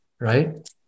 right